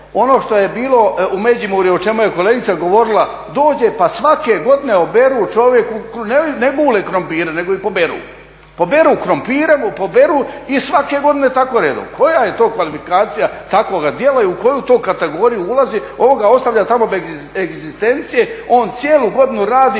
ono što je bilo u Međimurju o čemu je kolegica govorila dođe pa svake godine poberu, ne gule krumpire nego ih poberu, poberu krumpire, poberu i svake godine tako redom. Koja je to kvalifikacija takvoga djela i u koju to kategoriju ulazi? Ovoga ostavlja tamo bez egzistencije, on cijelu godinu radi